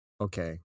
okay